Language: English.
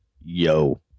Yo